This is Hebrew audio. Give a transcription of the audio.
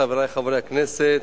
חברי חברי הכנסת,